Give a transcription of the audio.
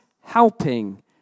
helping